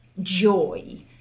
joy